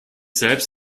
selbst